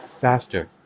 faster